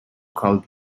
called